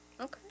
okay